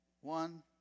one